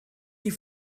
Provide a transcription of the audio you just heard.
die